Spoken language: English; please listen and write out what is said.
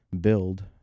build